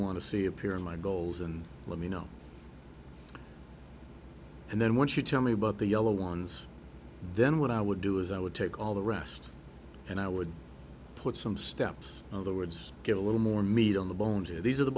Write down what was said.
want to see appear in my goals and let me know and then once you tell me about the yellow ones then what i would do is i would take all the rest and i would put some steps of the words get a little more meat on the bones here these are the